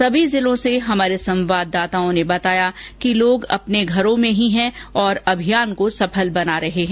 विभिन्न जिलों से हमारे संवाददाताओं ने बताया कि लोग अपने घरों में ही है और अभियान को सफल बना रहे है